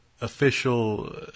official